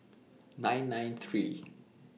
nine nine three